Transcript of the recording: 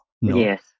Yes